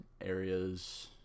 areas